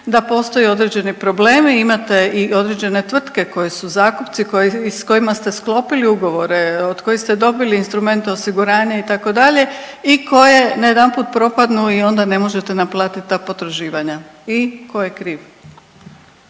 da postoje određeni problemi. Imate i određene tvrtke koje su zakupci i s kojima ste sklopili ugovore, od kojih ste dobili instrumente osiguranja itd. i koje najedanput propadnu i onda ne možete naplatiti ta potraživanja. I tko je kriv?